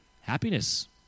happiness